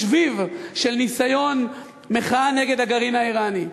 שביב של ניסיון מחאה נגד הגרעין האיראני.